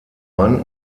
mann